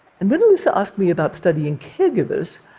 and when elissa asked me about studying caregivers,